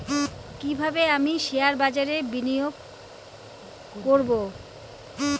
কিভাবে আমি শেয়ারবাজারে বিনিয়োগ করবে?